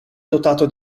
dotato